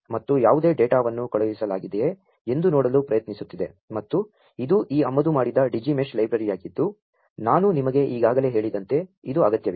ಮತ್ತು ಯಾ ವು ದೇ ಡೇ ಟಾ ವನ್ನು ಕಳು ಹಿಸಲಾ ಗಿದೆಯೇ ಎಂ ದು ನೋ ಡಲು ಪ್ರಯತ್ನಿಸು ತ್ತಿದೆ ಮತ್ತು ಇದು ಈ ಆಮದು ಮಾ ಡಿದ Digi Mesh ಲೈ ಬ್ರ ರಿಯಾ ಗಿದ್ದು ನಾ ನು ನಿಮಗೆ ಈಗಾ ಗಲೇ ಹೇ ಳಿದಂ ತೆ ಇದು ಅಗತ್ಯ ವಿದೆ